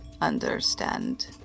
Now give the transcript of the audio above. understand